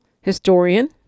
historian